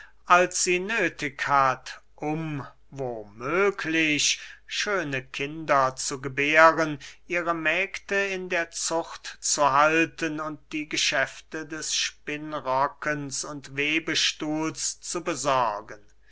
als sie nöthig hat um wo möglich schöne kinder zu gebären ihre mägde in der zucht zu halten und die geschäfte des spinnrockens und webstuhls zu besorgen